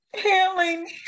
healing